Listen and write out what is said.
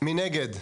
1 נגד,